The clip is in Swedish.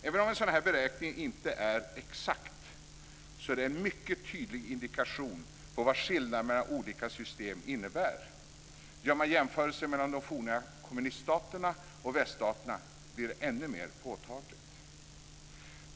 Även om en sådan här beräkning inte är exakt, är det en mycket tydlig indikation på vad skillnaden mellan olika system innebär. Gör man jämförelsen mellan de forna kommuniststaterna och väststaterna blir skillnaden ännu mer påtaglig.